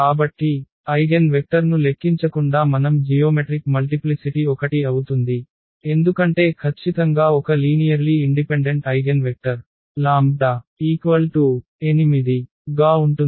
కాబట్టి ఐగెన్వెక్టర్ను లెక్కించకుండా మనం జియోమెట్రిక్ మల్టిప్లిసిటి 1 అవుతుంది ఎందుకంటే ఖచ్చితంగా ఒక లీనియర్లీ ఇండిపెండెంట్ ఐగెన్ వెక్టర్ λ 8 గా ఉంటుంది